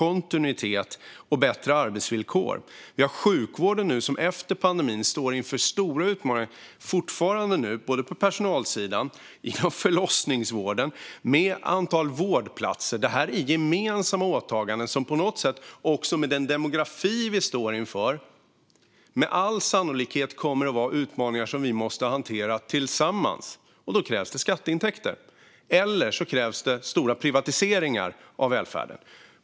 Det behövs bättre kontinuitet och arbetsvillkor. Efter pandemin står sjukvården inför stora utmaningar på personalsidan inom bland annat förlossningsvården och när det gäller antalet vårdplatser. Det här är utmaningar som vi, också med tanke på den demografi vi står inför, med all sannolikhet måste hantera tillsammans. Då krävs det skatteintäkter - eller stora privatiseringar av välfärden.